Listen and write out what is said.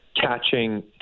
catching